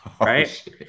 right